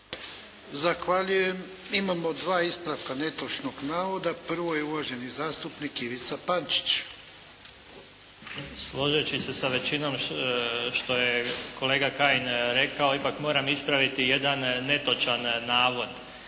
Zahvaljujem. Imamo dva ispravka netočnog navoda. Prvo je uvaženi zastupnik Ivica Pančić. **Pančić, Ivica (SDP)** Složivši se sa većinom što je kolega Kajin rekao ipak moram ispraviti jedan netočan navod.